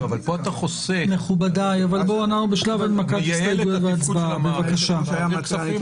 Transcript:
אבל פה אתה חוסך, אתה מייעל את התפקוד של המערכת.